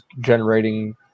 generating